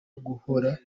guhora